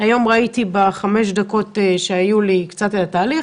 ראיתי בחמש דקות שהיו לי את התהליך,